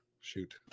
Shoot